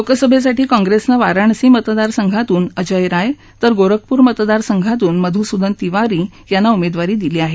लोकसभेसाठी काँग्रेसनं वाराणसीतून अजय राय तर गोरखपूर मतदारसंघातून मधुसूदन तिवारी यांना उमेदवारी दिली आहे